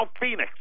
Phoenix